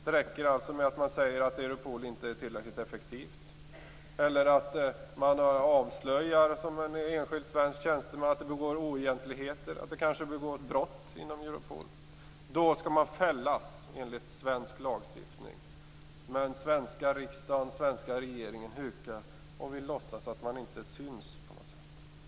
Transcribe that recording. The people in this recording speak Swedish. Det räcker alltså med att man säger att Europol inte är tillräckligt effektivt eller att en enskild svensk tjänsteman avslöjar att oegentligheter förekommer eller att det kanske begås brott inom Europol. Då skall man fällas enligt svensk lagstiftning. Sveriges riksdag och den svenska regeringen hukar dock. På något sätt låtsas man att man inte syns.